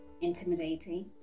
intimidating